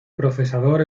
procesador